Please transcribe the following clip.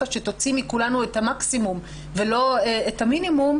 שתוציא מכולנו את המקסימום ולא את המינימום,